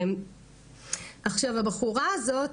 הבחורה הזאת,